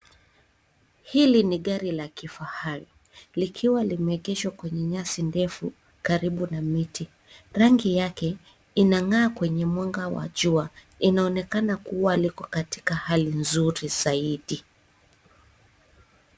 Hili ni gari la kifahari. Likiwa limeegeshwa kwenye nyasi ndefu, karibu na miti. Rangi yake, inang'aa kwenye mwanga wa jua. Inaonekana kua liko katika hali nzuri zaidi.